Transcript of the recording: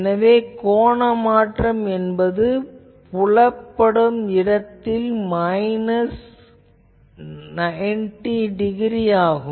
எனவே கோண மாற்றம் என்பது புலப்படும் இடத்தில் மைனஸ் 90 டிகிரி ஆகும்